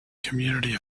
community